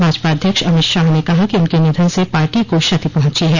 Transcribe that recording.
भाजपा अध्यक्ष अमित शाह ने कहा कि उनके निधन से पार्टी को क्षति पहुंची है